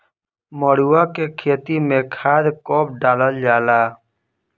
मरुआ के खेती में खाद कब डालल जाला?